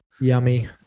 Yummy